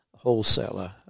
wholesaler